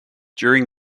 during